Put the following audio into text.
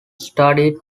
studied